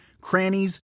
crannies